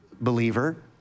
believer